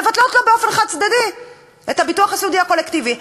מבטלות לו באופן חד-צדדי את הביטוח הסיעודי הקולקטיבי.